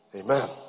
amen